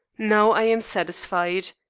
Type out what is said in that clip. now, i am satisfied.